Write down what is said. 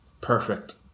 perfect